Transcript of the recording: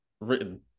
written